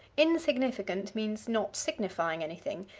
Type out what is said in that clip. insignificant means not signifying anything,